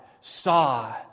saw